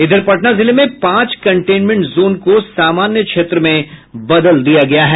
इधर पटना जिले में पांच कंटेनमेंट जोन को सामान्य क्षेत्र में बदल दिया गया है